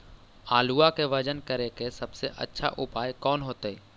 आलुआ के वजन करेके सबसे अच्छा उपाय कौन होतई?